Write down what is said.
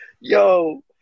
Yo